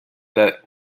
that